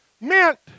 meant